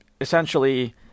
essentially